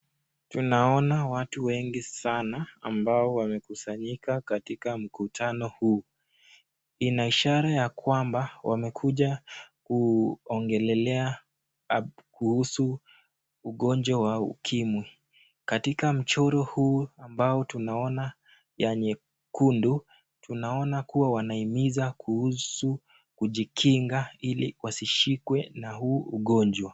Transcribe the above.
Tunaona watu wengi sana ambao wamekusanyika katika mkutano huu, inaishara ya kwamba wamekuja kuongea kuhusu ugonjwa wa ukimwi, katika mchoro huu ambao tunaona ya nyekundu, tunaona kuwa wanahimiza kuhusu kujikinga ili wasishikwe na huu ugonjwa.